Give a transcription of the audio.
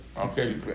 Okay